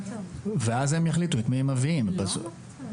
ואז הם יחליטו את מי הם מביאים בסוף,